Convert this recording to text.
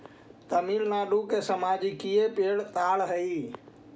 तमिलनाडु के राजकीय पेड़ ताड़ हई